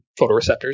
photoreceptors